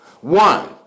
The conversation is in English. One